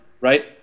right